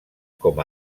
com